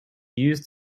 used